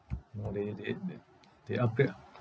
no they they they they upgrade ah